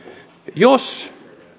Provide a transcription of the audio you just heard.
jos